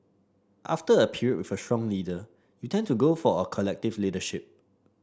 after a period with a strong leader you tend to go for a collective leadership